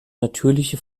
natürliche